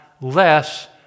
less